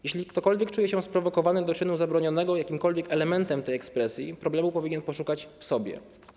Jeśli ktokolwiek czuje się sprowokowany do czynu zabronionego jakimkolwiek elementem tej ekspresji, problemu powinien poszukać w sobie.